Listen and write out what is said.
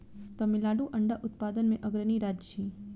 तमिलनाडु अंडा उत्पादन मे अग्रणी राज्य अछि